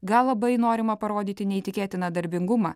gal labai norima parodyti neįtikėtiną darbingumą